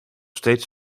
steeds